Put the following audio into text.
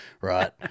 Right